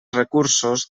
recursos